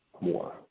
more